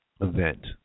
event